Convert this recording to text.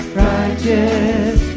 righteous